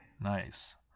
Nice